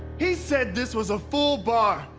he said this was a full bar!